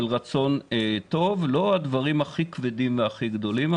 של רצון טוב; לא הדברים הכי כבדים והכי גדולים,